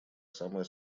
самая